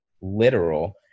literal